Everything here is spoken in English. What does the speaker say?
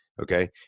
Okay